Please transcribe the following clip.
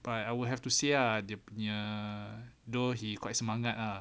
but I will have to say ah dia punya though he quite semangat ah